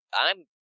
I'm-